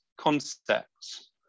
concepts